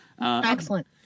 Excellent